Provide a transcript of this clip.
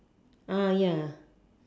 ah ya